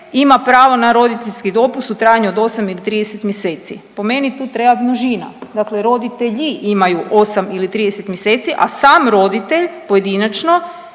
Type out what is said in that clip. ima pravo na roditeljski dopust u trajanju od 8 ili 30 mjeseci. Po meni tu treba množina, dakle roditelji imaju 8 ili 30 mjeseci, a sam roditelj pojedinačno